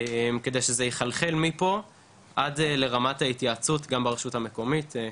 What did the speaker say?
כדי שזה יחלחל מפה ועד לרמת ההתייעצות גם ברשות המקומית.